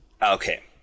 Okay